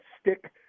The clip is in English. stick